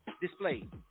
displayed